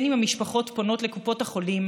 גם אם המשפחות פונות לקופות החולים,